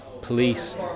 police